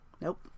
Nope